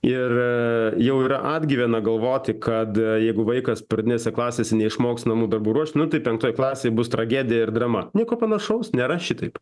ir jau yra atgyvena galvoti kad jeigu vaikas pradinėse klasėse neišmoks namų darbų ruošt nu tai penktoje klasėje bus tragedija ir drama nieko panašaus nėra šitaip